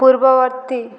ପୂର୍ବବର୍ତ୍ତୀ